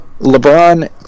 LeBron